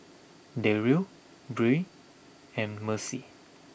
Deryl Bryn and Mercy